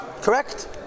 Correct